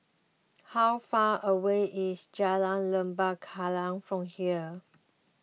how far away is Jalan Lembah Kallang from here